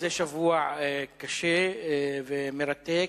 זה שבוע קשה ומרתק,